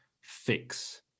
fix